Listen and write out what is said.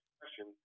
question